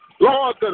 Lord